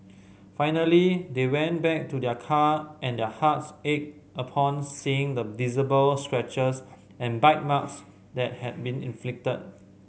finally they went back to their car and their hearts ached upon seeing the visible scratches and bite marks that had been inflicted